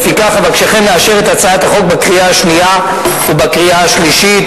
לפיכך אבקשכם לאשר את הצעת החוק בקריאה שנייה ובקריאה שלישית.